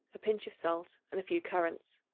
a pinch of salt and a few currants.